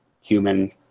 human